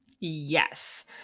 Yes